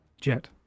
jet